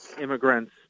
immigrants